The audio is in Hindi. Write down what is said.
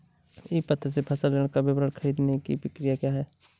ई मित्र से फसल ऋण का विवरण ख़रीदने की प्रक्रिया क्या है?